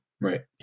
Right